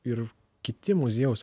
ir kiti muziejaus